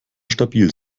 stabil